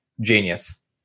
genius